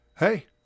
Hey